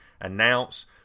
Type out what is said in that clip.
announce